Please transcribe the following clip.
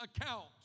account